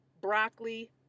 broccoli